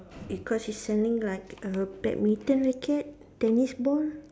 because she's selling like err badminton racket tennis ball